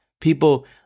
People